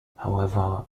however